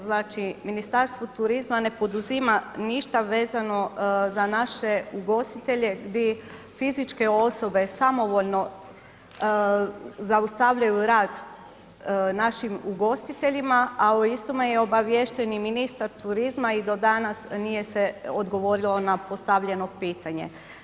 Znači Ministarstvo turizma ne poduzima ništa vezano za naše ugostitelje gdje fizičke osobe samovoljno zaustavljaju rad našim ugostiteljima, a o istome je obaviješten i ministar turizma i do danas se nije odgovorilo na postavljeno pitanje.